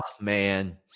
man